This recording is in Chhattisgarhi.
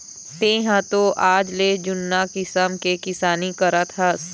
तेंहा तो आजले जुन्ना किसम के किसानी करत हस